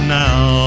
now